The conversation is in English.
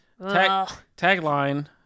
Tagline